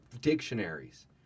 dictionaries